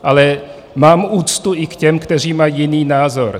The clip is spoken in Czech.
Ale mám úctu i k těm, kteří mají jiný názor.